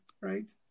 right